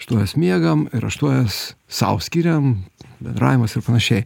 aštuonias miegam ir aštuonias sau skiriam bendravimas ir panašiai